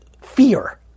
fear